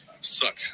suck